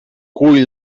cull